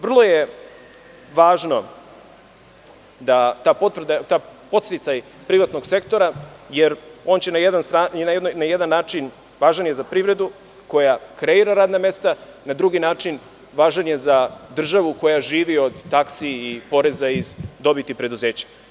Vrlo je važan taj podsticaj privatnog sektora, jer on je na jedan način važan za privredu koja kreira radna mesta, na drugi način važan je za državu koja živi od taksi i poreza iz dobiti preduzeća.